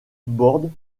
bordes